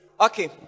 okay